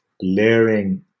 layering